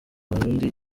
abarundi